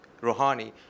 rouhani